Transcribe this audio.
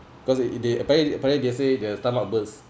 cause it they apparently apparently they're say the stomach burst